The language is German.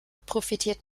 profitiert